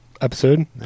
episode